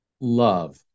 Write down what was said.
love